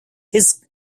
his